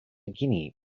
guinea